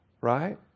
right